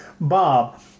Bob